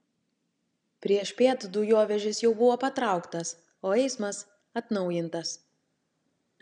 priešpiet dujovežis jau buvo patrauktas o eismas atnaujintas